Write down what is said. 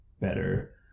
better